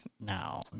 No